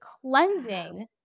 cleansing